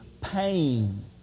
pain